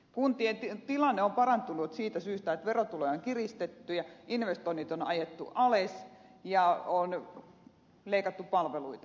kuntien tilanne on parantunut siitä syystä että verotuloja on kiristetty ja investoinnit on ajettu alas ja on leikattu palveluita